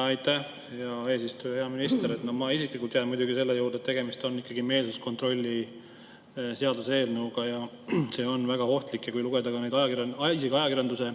Aitäh, hea eesistuja! Hea minister! Ma isiklikult jään muidugi selle juurde, et tegemist on ikkagi meelsuskontrolli seaduseelnõuga. See on väga ohtlik. Kui lugeda neid ajakirjanduse